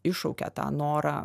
iššaukia tą norą